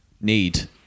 need